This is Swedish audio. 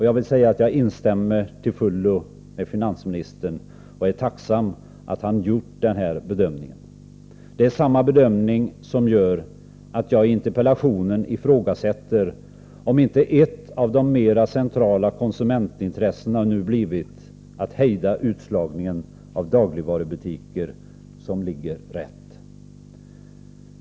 Jag vill säga att jag till fullo instämmer med finansministern och att jag är tacksam att han gjort den bedömningen. Det är samma bedömning som lett till att jag i interpellationen ifrågasätter om inte ett av de mera centrala konsumentintressena nu blivit att hejda utslagningen av dagligvarubutiker som ”ligger rätt”.